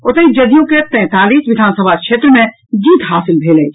ओतहि जदयू के तैंतालीस विधानसभा क्षेत्र मे जीत हासिल भेल अछि